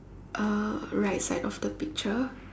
uh right side of the picture